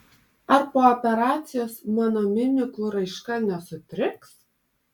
ar po operacijos mano mimikų raiška nesutriks